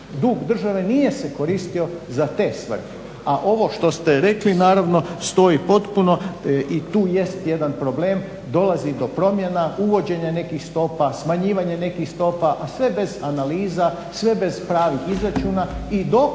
dug države nije se koristio za te svrhe, a ovo što ste rekli, naravno stoji potpuno i tu jest jedan problem. Dolazi do promjena, uvođenja nekih stopa, smanjivanja nekih stopa, a sve bez analiza, sve bez pravih izračuna